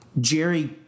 Jerry